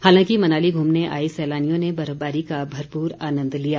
हालांकि मनाली घूमने आए सैलानियों ने बर्फबारी का भरपूर आनन्द लिया